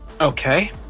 Okay